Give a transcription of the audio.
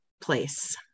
place